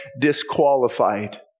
disqualified